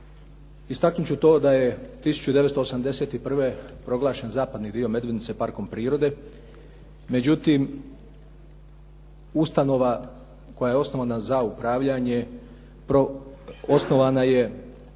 istaknut ću to da je 1981. proglašen zapadni dio Medvednice Parkom prirode, međutim ustanova koja je osnovana za upravljanje osnovana je